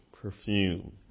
perfume